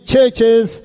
Churches